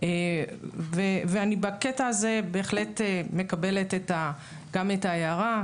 ואני בקטע הזה בהחלט מקבלת גם את ההערה.